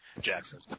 Jackson